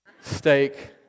steak